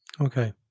Okay